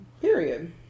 Period